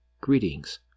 Greetings